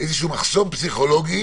מחסום פסיכולוגי